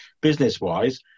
business-wise